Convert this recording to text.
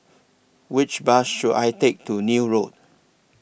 Which Bus should I Take to Neil Road